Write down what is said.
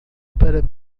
para